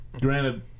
Granted